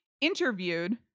interviewed